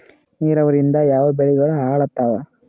ನಿರಾವರಿಯಿಂದ ಯಾವ ಬೆಳೆಗಳು ಹಾಳಾತ್ತಾವ?